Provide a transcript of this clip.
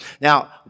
Now